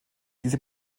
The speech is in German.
diese